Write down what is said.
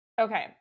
okay